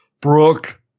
Brooke